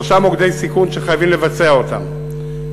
שלושה מוקדי סיכון שחייבים לבצע אותם,